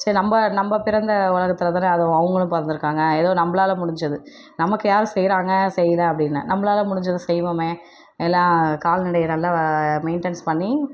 சரி நம்ம நம்ம பிறந்த உலகத்தில் தான் அதுவும் அவங்களும் பிறந்துருக்காங்க ஏதோ நம்மளால முடிஞ்சது நமக்கு யார் செய்கிறாங்க செய்யலை அப்படின்னு நம்மளால முடிஞ்சதை செய்வோம் எல்லாம் கால்நடையை நல்லா மெயிண்டன்ஸ் பண்ணி